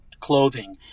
clothing